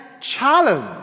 challenge